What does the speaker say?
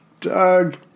Doug